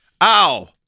Ow